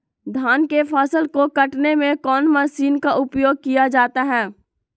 धान के फसल को कटने में कौन माशिन का उपयोग किया जाता है?